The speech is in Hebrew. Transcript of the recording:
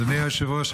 אדוני היושב-ראש,